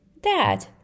Dad